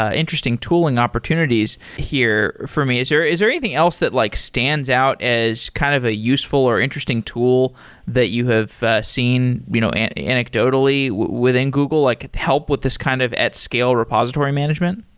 ah interesting tooling opportunities here for me. is there is there anything else that like stands out as kind of a useful or interesting tool that you have seen you know and anecdotally within google, like help with this kind of at scale repository management?